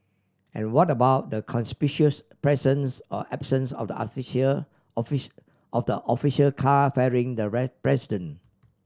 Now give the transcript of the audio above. and what about the conspicuous presence or absence of the of the official car ferrying the president